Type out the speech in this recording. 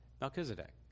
Melchizedek